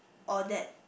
or dad